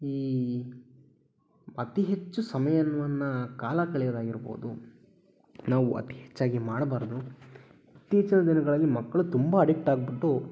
ಈ ಅತೀ ಹೆಚ್ಚು ಸಮಯವನ್ನ ಕಾಲ ಕಳೆಯೋದಾಗಿರ್ಬೋದು ನಾವು ಅತೀ ಹೆಚ್ಚಾಗಿ ಮಾಡಬಾರ್ದು ಇತ್ತೀಚಿನ ದಿನಗಳಲ್ಲಿ ಮಕ್ಕಳು ತುಂಬ ಅಡಿಕ್ಟ್ ಆಗಿಬಿಟ್ಟು